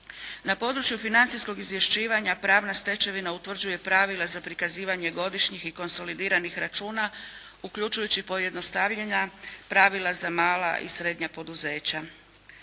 Na području financijskog izvješćivanja pravna stečevina utvrđuje pravila za prikazivanje godišnjih i konsolidiranih računa uključujući pojednostavljena pravila za mala i srednja poduzeća.